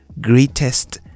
greatest